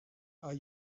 are